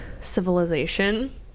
civilization